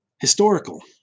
historical